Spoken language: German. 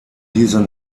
diese